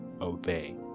obey